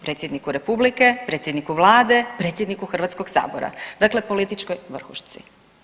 Predsjedniku republike, predsjedniku vlade, predsjedniku Hrvatskog sabora, dakle političkoj vrhušci.